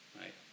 Right